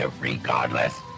regardless